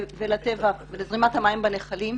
לטבע ולזרימת המים בנחלים.